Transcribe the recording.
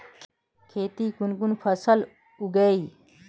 खेतीत कुन कुन फसल उगेई?